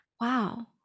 Wow